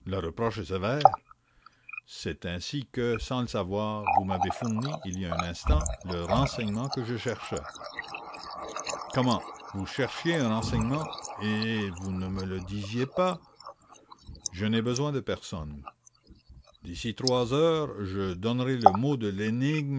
sévère c'est ainsi que sans le savoir vous m'avez fourni il y a un instant le renseignement que je cherchais comment vous cherchiez un renseignement et vous ne me le disiez pas je n'ai besoin de personne d'ici trois heures je donnerai le mot de l'énigme